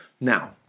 Now